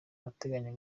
ateganya